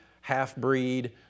half-breed